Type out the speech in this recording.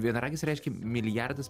vienaragis reiškia milijardas